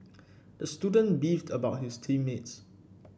the student beefed about his team mates